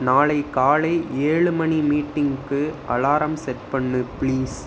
நாளை காலை ஏழு மணி மீட்டிங்கிக்கு அலாரம் செட் பண்ணு பிளீஸ்